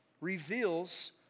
reveals